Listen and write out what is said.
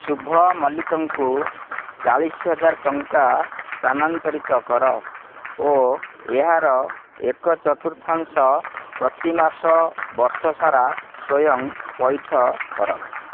ଶୁଭ ମଲ୍ଲିକଙ୍କୁ ଚାଳିଶ ହଜାର ଟଙ୍କା ସ୍ଥାନାନ୍ତରିତ କର ଓ ଏହାର ଏକ ଚତୁର୍ଥାଂଶ ପ୍ରତିମାସ ବର୍ଷ ସାରା ସ୍ଵୟଂ ପୈଠ କର